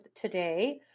today